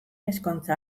ezkontza